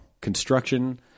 construction